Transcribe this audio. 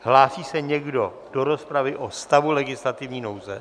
Hlásí se někdo do rozpravy o stavu legislativní nouze?